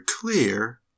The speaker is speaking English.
clear